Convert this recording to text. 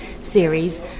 series